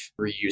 reuse